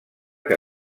que